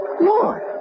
Lord